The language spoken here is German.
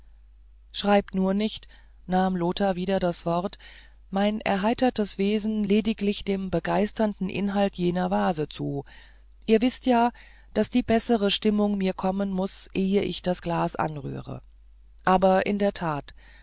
schreibt nur nicht nahm lothar wieder das wort mein erheitertes wesen lediglich dem begeisternden inhalt jener vase zu ihr wißt ja daß die bessere stimmung mir kommen muß ehe ich ein glas anrühre aber in der tat